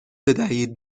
بدهید